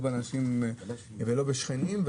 לא בשכנים,